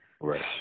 Right